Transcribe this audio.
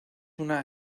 una